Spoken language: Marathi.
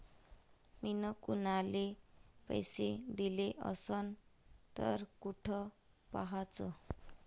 मिन कुनाले पैसे दिले असन तर कुठ पाहाचं?